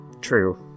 True